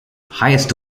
highest